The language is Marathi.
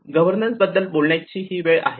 गव्हर्नन्स बद्दल बोलण्याची ही वेळ आहे